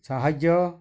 ସାହାଯ୍ୟ